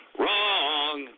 wrong